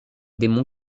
démon